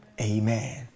Amen